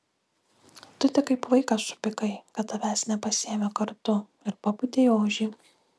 tu tik kaip vaikas supykai kad tavęs nepasiėmė kartu ir papūtei ožį